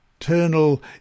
eternal